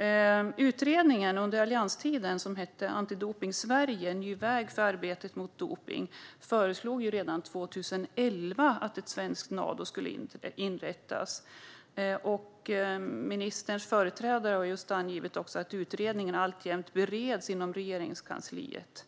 alliansregeringens utredning Antidopning Sverige - En ny väg för ar betet mot dopning föreslogs redan 2011 att ett svenskt Nado skulle inrättas. Ministerns företrädare har sagt att utredningen alltjämt bereds inom Regeringskansliet.